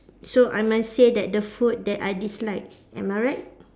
so I must say that the food that I dislike am I right